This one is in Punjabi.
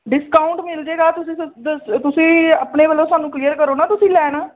ਡਿਸਕਾਊਂਟ ਮਿਲ ਜਾਏਗਾ ਤੁਸੀਂ ਸਤ ਦੱਸ ਤੁਸੀਂ ਆਪਣੇ ਵੱਲੋਂ ਸਾਨੂੰ ਕਲੀਅਰ ਕਰੋ ਨਾ ਤੁਸੀਂ ਲੈਣਾ